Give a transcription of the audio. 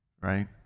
Right